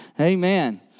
Amen